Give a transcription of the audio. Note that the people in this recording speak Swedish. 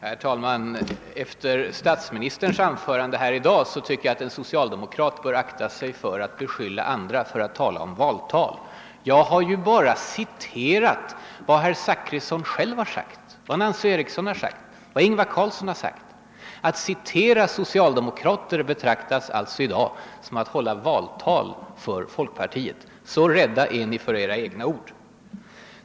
Herr talman! Efter statsministerns anförande här i dag tycker jag att en socialdemokrat bör akta sig för att beskylla andra för att hålla valtal. Jag har ju bara citerat vad Bertil Zachrisson själv har sagt, vad Nancy Eriksson har uttalat, vad Ingvar Carlsson ställt sig bakom. Att citera socialdemokrater betraktas alltså i dag som att hålla valtal för folkpartiet! Så rädda är ni för era egna ord.